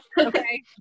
okay